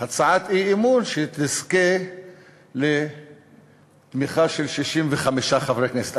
הצעת אי-אמון שתזכה לתמיכה של 65 חברי כנסת,